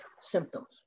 symptoms